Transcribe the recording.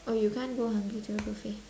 oh you can't go hungry to a buffet